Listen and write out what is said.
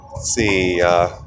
See